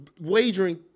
wagering